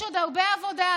יש עוד הרבה עבודה.